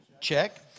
Check